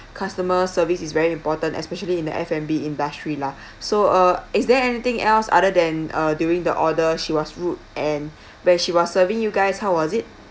customer service is very important especially in the F&B industry lah so uh is there anything else other than uh during the order she was rude and when she was serving you guys how was it